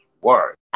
Word